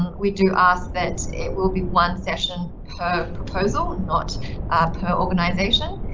and we do ask that it will be one session per proposal not per organization,